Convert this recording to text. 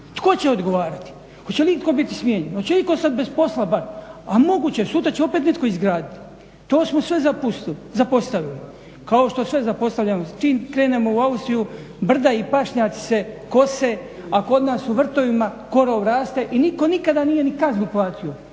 tko će odgovarati? Hoće li itko biti smijenjen, hoće li itko ostat bez posla bar, a moguće sutra će opet netko izgraditi. To smo sve zapostavili kao što sve zapostavljamo. Čim krenemo u Austriju brda i pašnjaci se kose, a kod nas u vrtovima korov raste i nitko nikada nije ni kaznu platio,